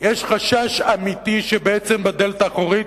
יש חשש אמיתי שבעצם, בדלת האחורית,